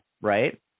right